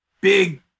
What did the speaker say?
big